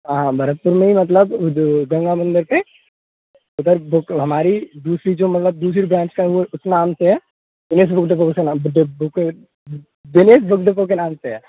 हाँ भरतपुर में ही मतलब गंगा अदर बुक हमारी दूसरी जो मतलब दूसरी ब्रांच है वो इस नाम से है सुमित बुक डिपो के नाम से बुक डिपो के नाम से है